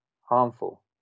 harmful